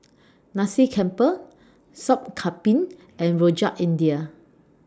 Nasi Campur Sup Kambing and Rojak India